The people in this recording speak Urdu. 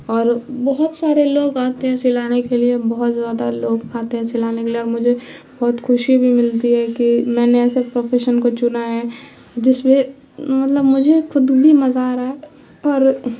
اور بہت سارے لوگ آتے ہیں سلانے کے لیے بہت زیادہ لوگ آتے ہیں سلانے کے لیے اور مجھے بہت خوشی بھی ملتی ہے کہ میں نے ایسے پروفیشن کو چنا ہے جس میں مطلب مجھے خود بھی مزہ آ رہا ہے اور